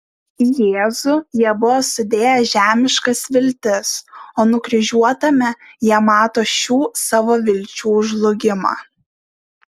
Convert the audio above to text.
į jėzų jie buvo sudėję žemiškas viltis o nukryžiuotame jie mato šių savo vilčių žlugimą